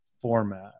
format